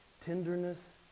tenderness